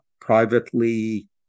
privately